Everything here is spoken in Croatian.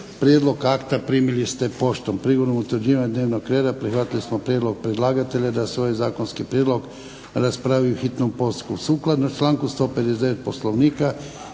Prijedlog akta primili ste poštom. Prigodom utvrđivanja dnevnog reda prihvatili smo prijedlog predlagatelja da se ovaj zakonski prijedlog raspravi u hitnom postupku.